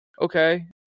Okay